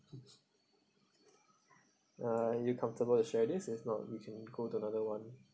are you comfortable to share this if not we can go to another [one]